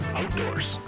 outdoors